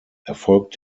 erfolgt